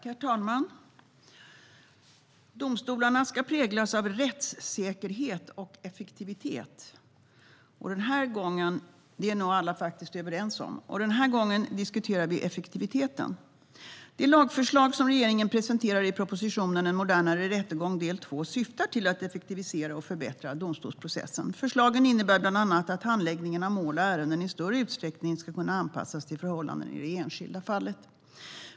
Herr talman! Domstolarna ska präglas av rättssäkerhet och effektivitet. Den här gången - det är nog alla överens om - diskuterar vi effektiviteten. Det lagförslag som regeringen presenterar i propositionen En modernare rättegång II syftar till att effektivisera och förbättra domstolsprocessen. Förslagen innebär bland annat att handläggningen av mål och ärenden i större utsträckning ska kunna anpassas till förhållandena i det enskilda fallet.